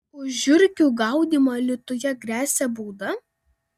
už žiurkių gaudymą alytuje gresia bauda